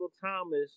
Thomas